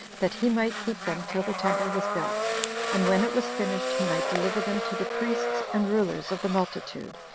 that he might keep them till the temple was built and when it was finished, he might deliver them to the priests and rulers of the multitude,